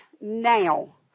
now